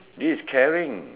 this is caring